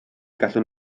gallwn